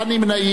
אני קובע,